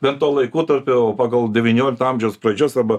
bet to laikotarpio pagal devyniolikto amžiaus pradžios arba